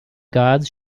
gods